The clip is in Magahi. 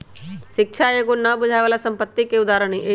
शिक्षा एगो न बुझाय बला संपत्ति के उदाहरण हई